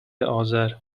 آذر